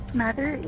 mother